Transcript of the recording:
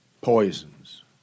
poisons